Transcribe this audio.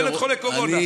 ילד חולה קורונה.